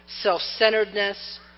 self-centeredness